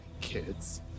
kids